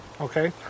okay